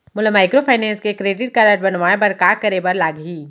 मोला माइक्रोफाइनेंस के credit card बनवाए बर का करे बर लागही?